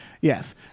Yes